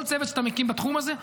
כל צוות שאתה מקים בתחום הזה,